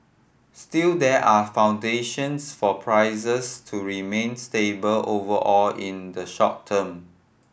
still there are foundations for prices to remain stable overall in the short term